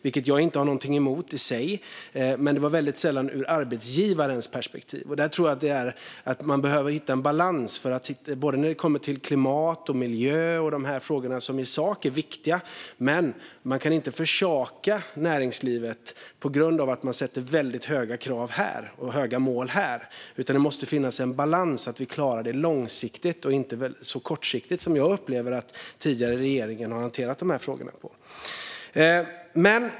Det har jag inte någonting emot i sig, men det handlade väldigt sällan om arbetsgivarens perspektiv. Jag tror att man behöver hitta en balans när det kommer till klimat, miljö och de här frågorna, som i sak är viktiga. Men man kan inte försaka näringslivet för att man ställer väldigt höga krav och sätter höga mål när det gäller detta, utan det måste finnas en balans så att vi klarar det långsiktigt. Det får inte göras så kortsiktigt som jag upplever att den tidigare regeringen hanterade frågorna.